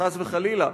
חס וחלילה,